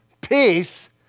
peace